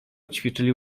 ćwiczyli